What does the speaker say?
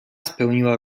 spełniła